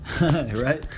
right